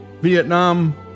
vietnam